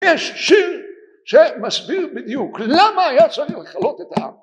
יש שיר שמסביר בדיוק למה היה צריך לחלוט את העם